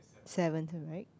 seventh right